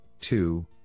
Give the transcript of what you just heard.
two